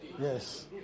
Yes